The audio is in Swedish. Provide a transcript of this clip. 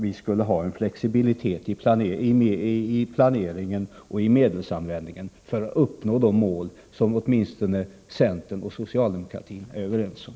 Vi skulle ha en flexibilitet i planeringen och i medelsanvändningen för att uppnå de mål som åtminstone centern och socialdemokratin är överens om.